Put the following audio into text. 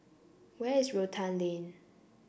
where is Rotan Lane